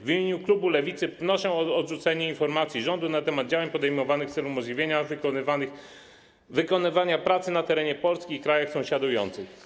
W imieniu klubu Lewicy wnoszę o odrzucenie informacji rządu na temat działań podejmowanych w celu umożliwienia wykonywania pracy na terenie Polski i w krajach sąsiadujących.